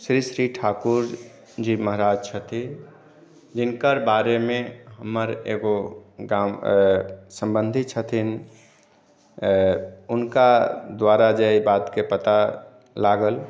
श्री श्री ठाकुर जी महाराज छथिन जिनकर बारेमे हमर एगो गाम सम्बन्धी छथिन हुनका द्वारा जे एहिबातके पता लागल